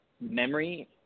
memory